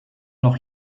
noch